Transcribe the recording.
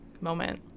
moment